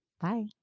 Bye